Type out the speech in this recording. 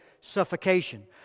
suffocation